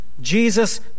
Jesus